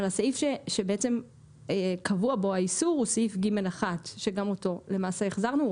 אבל הסעיף שבעצם קבוע בו האיסור הוא סעיף (ג1) שגם אותו למעשה החזרנו.